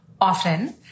often